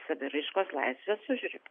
saviraiškos laisvės užribiu